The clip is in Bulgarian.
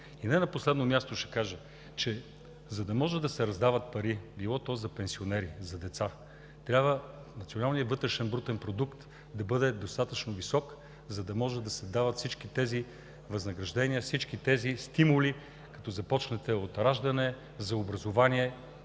Не на последно място ще кажа, че, за да могат да се раздават пари – било за пенсионерите или за децата, националният вътрешен брутен продукт трябва да бъде достатъчно висок, за да може да се дават всички тези възнаграждения, всички тези стимули – като започнете от раждане, за образование,